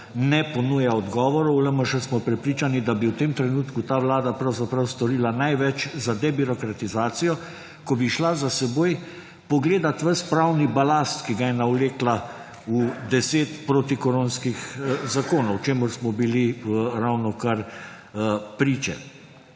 ne ponuja odgovorov. V LMŠ smo prepričani, da bi v tem trenutku ta Vlada pravzaprav storila največ za debirokratizacijo, ko bi šla za seboj pogledat ves pravni balast, ki ga je navlekla v deset protikoronskih zakonih, čemur smo bili ravnokar priče.